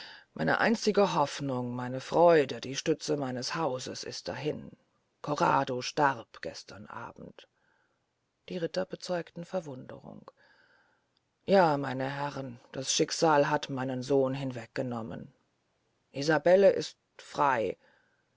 meine einzige hofnung meine freude die stütze meines hauses ist dahin corrado starb gestern abend die ritter bezeugten verwunderung ja meine herren das schicksal hat meinen sohn hinweggenommen isabelle ist frey